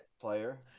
player